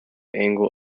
angle